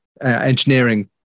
engineering